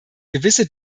gewisse